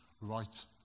right